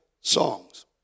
songs